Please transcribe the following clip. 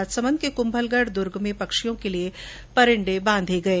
राजसमन्द के क्भलगढ दुर्ग में पक्षियों के लिये परिंडे बांधे गये